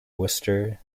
worcester